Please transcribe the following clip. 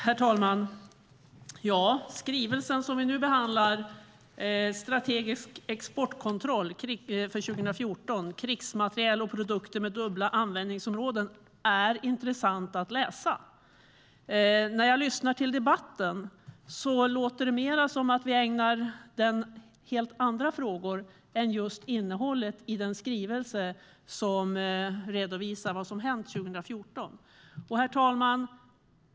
Herr talman! Den skrivelse som vi nu behandlar, Strategisk exportkontroll 2014 - krigsmateriel och produkter med dubbla användningsområden , är intressant att läsa. När jag lyssnar till debatten låter det mer som att vi ägnar den helt andra frågor än just innehållet i den skrivelse som redovisar vad som har hänt 2014. Herr talman!